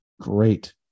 Great